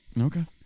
Okay